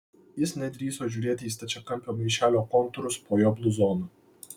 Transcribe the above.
ji nedrįso žiūrėti į stačiakampio maišelio kontūrus po jo bluzonu